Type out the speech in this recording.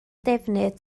defnydd